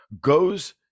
goes